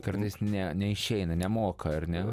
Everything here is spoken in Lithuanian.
kartais ne neišeina nemoka ar ne